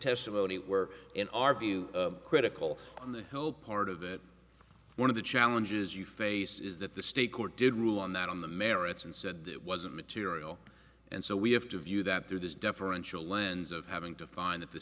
testimony were in our view critical on the whole part of it one of the challenges you face is that the state court did rule on that on the merits and said it wasn't material and so we have to view that through this deferential lens of having to find that the